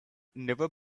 never